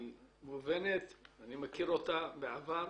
היא מובנת, אני מכיר אותה מהעבר.